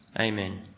Amen